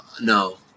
No